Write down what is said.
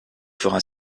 fera